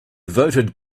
voted